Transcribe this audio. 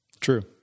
True